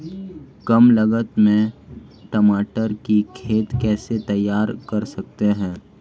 कम लागत में टमाटर की खेती कैसे तैयार कर सकते हैं?